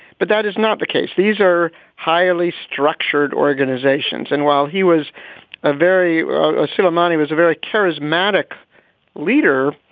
but that is not the case. these are highly structured organizations. and while he was a very ah sooliman, he was a very charismatic leader.